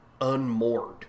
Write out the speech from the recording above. unmoored